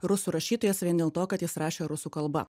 rusų rašytojas vien dėl to kad jis rašė rusų kalba